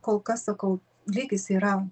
kol kas sakau lygis yra